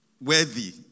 worthy